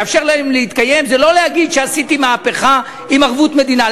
לאפשר להם להתקיים זה לא להגיד שעשיתי מהפכה עם ערבות מדינה,